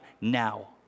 now